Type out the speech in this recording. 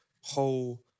whole